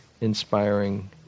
inspiring